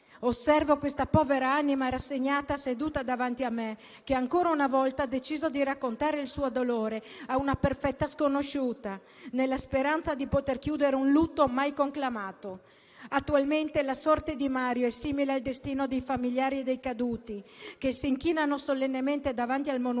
Osservo questa povera anima rassegnata, seduta davanti a me, che ancora una volta ha deciso di raccontare il suo dolore a una perfetta sconosciuta, nella speranza di poter chiudere un lutto mai conclamato. Attualmente, la sorte di Mario è simile al destino dei familiari dei caduti che si inchinano solennemente davanti al Monumento